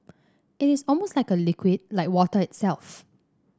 it is almost like a liquid like water itself